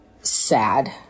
sad